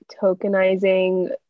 tokenizing